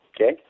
okay